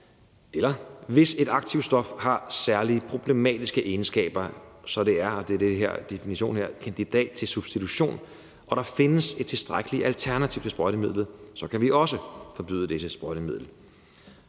Og hvis et aktivstof har særlig problematiske egenskaber, så det ifølge den definition her er kandidat til substitution, og der findes et tilstrækkeligt alternativ til sprøjtemidlet, så kan vi også forbyde dette sprøjtemiddel.